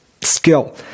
skill